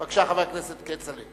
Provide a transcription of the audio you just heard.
בבקשה, חבר הכנסת כצל'ה.